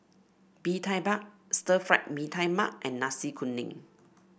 Bee Tai Mak Stir Fried Mee Tai Mak and Nasi Kuning